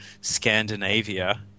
Scandinavia